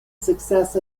success